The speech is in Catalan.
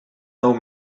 nou